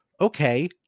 Okay